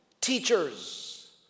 teachers